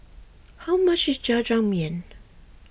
how much is Jajangmyeon